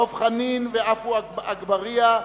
דב חנין ועפו אגבאריה,